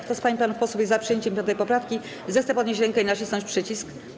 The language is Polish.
Kto z pań i panów posłów jest za przyjęciem 5. poprawki, zechce podnieść rękę i nacisnąć przycisk.